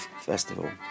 festival